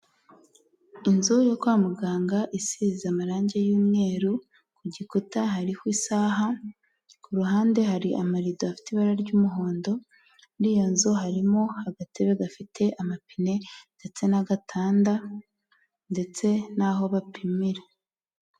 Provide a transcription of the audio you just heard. Inzu yo kwa muganga isize amarangi y'umweru ku gikuta hariho isaha, ku ruhande hari amarido afite ibara ry'umuhondo, muri iyo nzu harimo agatebe gafite amapine ndetse n'agatanda ndetse n'aho bapimira.